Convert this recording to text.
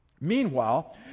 Meanwhile